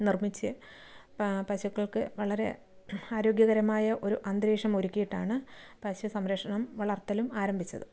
നിർമ്മിച്ച് പശുക്കൾക്ക് വളരെ ആരോഗ്യകരമായ ഒരു അന്തരീക്ഷമൊരുക്കിയിട്ടാണ് പശു സംരക്ഷണം വളർത്തലും ആരംഭിച്ചത്